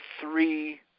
three